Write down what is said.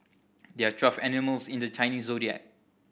there are twelve animals in the Chinese Zodiac